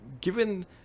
given